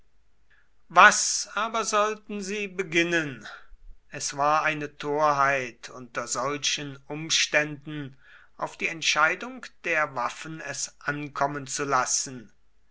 was aber sollten sie beginnen es war eine torheit unter solchen umständen auf die entscheidung der waffen es ankommen zu lassen